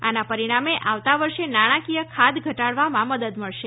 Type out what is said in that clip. આના પરિણામે આવતા વર્ષે નાણાંકીય ખાદ્ય ઘટાડવામાં મદદ મળશે